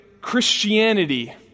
Christianity